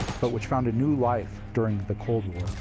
but which found a new life during the cold war.